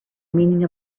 meaning